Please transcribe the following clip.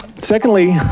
secondly,